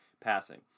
passing